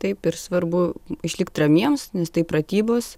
taip ir svarbu išlikt ramiems nes tai pratybos